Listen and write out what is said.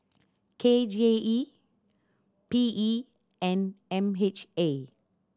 K J E P E and M H A